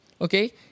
Okay